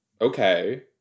okay